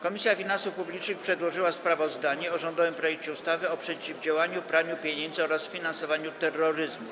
Komisja Finansów Publicznych przedłożyła sprawozdanie o rządowym projekcie ustawy o przeciwdziałaniu praniu pieniędzy oraz finansowaniu terroryzmu.